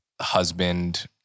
husband